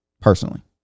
personally